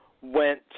went